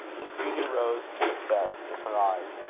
this beauty rose to its best in her eyes.